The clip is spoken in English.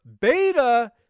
beta